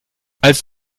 als